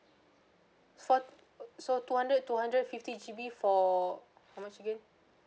so so two hundred two hundred fifty G_B for how much again